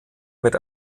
mit